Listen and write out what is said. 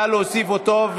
נא להוסיף אותו,